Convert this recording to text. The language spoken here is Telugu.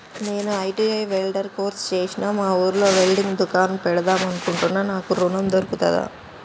నేను ఐ.టి.ఐ వెల్డర్ కోర్సు చేశ్న మా ఊర్లో వెల్డింగ్ దుకాన్ పెడదాం అనుకుంటున్నా నాకు ఋణం దొర్కుతదా?